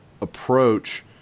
approach